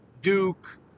Duke